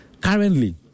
currently